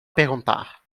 perguntar